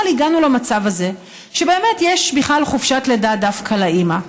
הגענו למצב הזה שבאמת יש בכלל חופשת לידה דווקא לאימא.